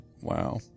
Wow